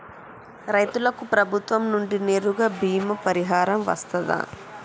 రైతులకు ప్రభుత్వం నుండి నేరుగా బీమా పరిహారం వత్తదా?